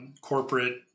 corporate